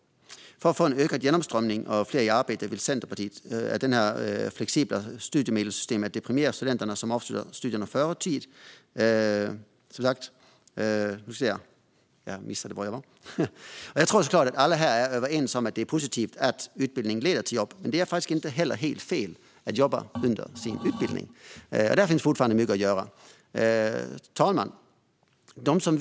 För att få en ökad genomströmning och fler i arbete vill Centerpartiet ha ett mer flexibelt studiemedelssystem som premierar studenter som avslutar sina studier i förtid. Jag tror att alla är överens om att det är positivt att utbildning leder till jobb. Men det är faktiskt inte heller helt fel att jobba under sin utbildning. Där finns fortfarande mycket att göra. Fru talman!